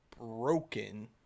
broken